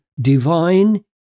divine